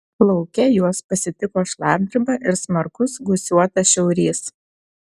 lauke juos pasitiko šlapdriba ir smarkus gūsiuotas šiaurys